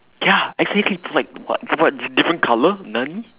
ya exactly for like what what what different color nani